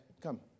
Come